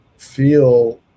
feel